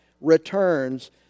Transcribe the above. returns